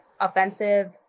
offensive